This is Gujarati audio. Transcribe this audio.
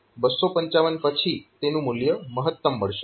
255 પછી તેનું મૂલ્ય મહત્તમ મળશે